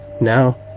Now